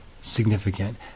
significant